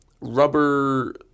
rubber